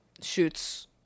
shoots